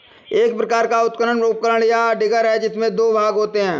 एक प्रकार का उत्खनन उपकरण, या डिगर है, जिसमें दो भाग होते है